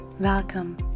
Welcome